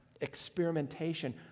experimentation